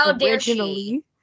originally